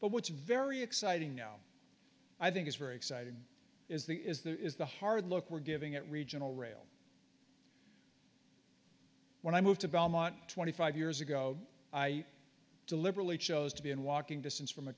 what's very exciting now i think is very exciting is the is the is the hard look we're giving at regional rail when i moved to belmont twenty five years ago i deliberately chose to be in walking distance from a